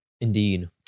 Indeed